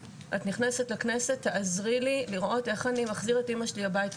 את נכנסת לכנסת תעזרי לראות איך אני מחזיר את האימא הביתה,